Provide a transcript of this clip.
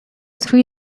three